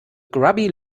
grubby